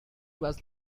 was